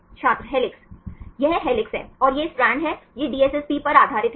छात्र हेलिक्स यह हेलिक्स है और यह स्ट्रैंड है यह DSSP पर आधारित है